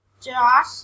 Josh